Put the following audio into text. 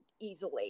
easily